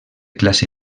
classe